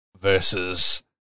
versus